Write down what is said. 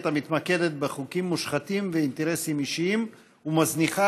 המתמקדת בחוקים מושחתים ובאינטרסים אישיים ומזניחה